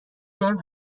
بهم